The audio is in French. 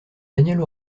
danielle